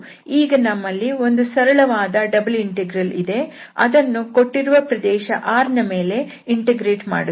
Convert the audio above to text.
ಈಗ ನಮ್ಮಲ್ಲಿ ಒಂದು ಸರಳವಾದ ಡಬಲ್ ಇಂಟೆಗ್ರಲ್ ಇದೆ ಅದನ್ನು ಕೊಟ್ಟಿರುವ ಪ್ರದೇಶ R ನ ಮೇಲೆ ಇಂಟಿಗ್ರೇಟ್ ಮಾಡುತ್ತೇವೆ